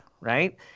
right